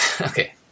okay